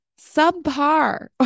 subpar